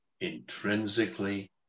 intrinsically